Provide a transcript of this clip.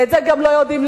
ואת זה גם לא יודעים,